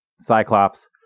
Cyclops